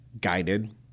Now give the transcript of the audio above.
guided